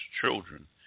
children